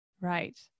Right